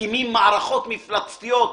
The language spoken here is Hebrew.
מקימים מערכות מפלצתיות,